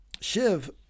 Shiv